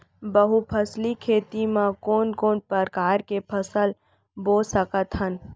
बहुफसली खेती मा कोन कोन प्रकार के फसल बो सकत हन?